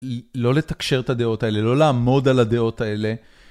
לא לתקשר את הדעות האלה, לא לעמוד על הדעות האלה.